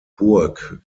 burg